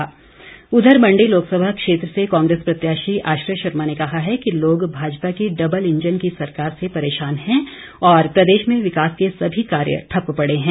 आश्रय शर्मा मंडी लोकसभा क्षेत्र से काग्रेस प्रत्याशी आश्रय शर्मा ने कहा कि लोग भाजपा की डबल इंजन की सरकार से परेशान है और प्रदेश में विकास के सभी कार्य ठप्प पड़े है